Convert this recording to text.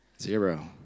Zero